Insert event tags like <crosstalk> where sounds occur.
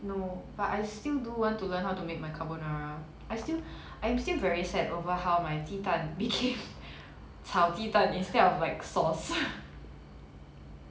no but I still do want to learn how to make my carbonara I still I am still very sad over how my 鸡蛋 became 炒鸡蛋 instead of like sauce <laughs>